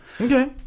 Okay